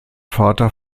vater